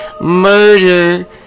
murder